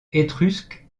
étrusque